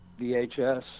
VHS